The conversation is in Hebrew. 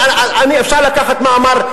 אפשר לקחת מאמר,